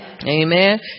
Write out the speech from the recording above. Amen